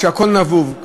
כשהכול נבוב,